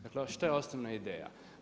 Dakle, što je osnovna ideja?